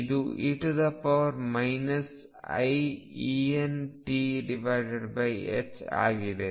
ಇದು e iEnt ಆಗಿದೆ